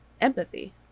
empathy